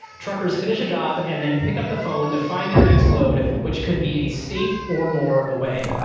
truckers finish a job and then pick up the phone to find their next load which could be a state or more away.